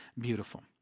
beautiful